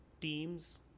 teams